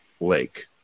Lake